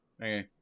Okay